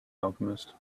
alchemist